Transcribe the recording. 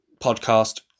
podcast